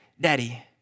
daddy